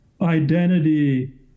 identity